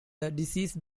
diseased